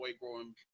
growing